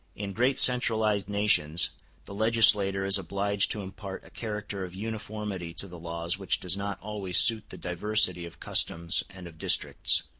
in great centralized nations the legislator is obliged to impart a character of uniformity to the laws which does not always suit the diversity of customs and of districts